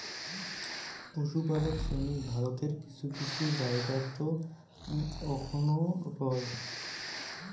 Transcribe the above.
পশুপালক শ্রেণী ভারতের কিছু কিছু জায়গাত অখনও রয়